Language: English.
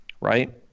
right